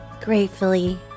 Gratefully